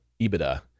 EBITDA